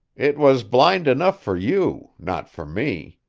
it was blind enough for you, not for me.